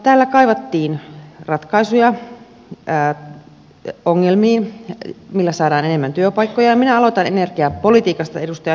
täällä kaivattiin ongelmiin ratkaisuja millä saadaan enemmän työpaikkoja ja minä aloitan energiapolitiikasta edustaja heinonen